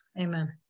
Amen